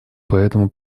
поэтому